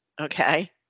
okay